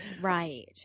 Right